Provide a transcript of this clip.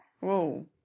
Whoa